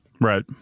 Right